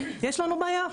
יש לנו בעיה.